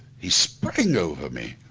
he sprang over me.